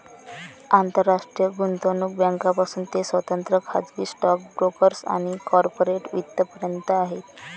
आंतरराष्ट्रीय गुंतवणूक बँकांपासून ते स्वतंत्र खाजगी स्टॉक ब्रोकर्स आणि कॉर्पोरेट वित्त पर्यंत आहे